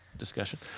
Discussion